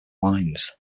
wines